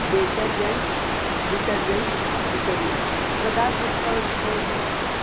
detergents detergents उपरि कदा discount भवति